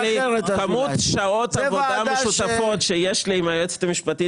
כמות שעות עבודה משותפות שיש לי עם היועצת המשפטית